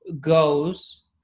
goes